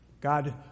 God